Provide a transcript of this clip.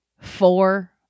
four